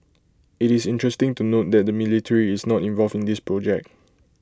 IT is interesting to note that the military is not involved in this project